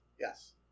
Yes